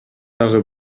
дагы